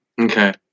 Okay